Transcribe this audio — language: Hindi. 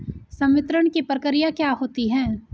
संवितरण की प्रक्रिया क्या होती है?